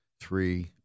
three